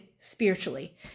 spiritually